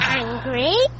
angry